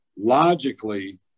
Logically